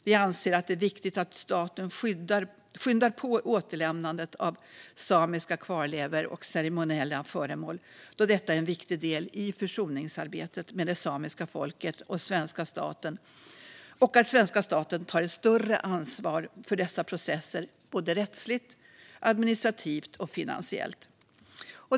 Vi anser att det är viktigt att staten skyndar på återlämnandet av samiska kvarlevor och ceremoniella föremål, då detta är en viktig del i försoningsarbetet med det samiska folket, och att svenska staten tar ett större ansvar för dessa processer, både rättsligt, administrativt och finansiellt.